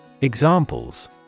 Examples